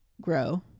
grow